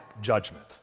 judgment